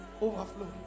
overflow